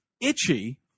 Itchy